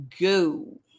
go